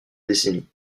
décennie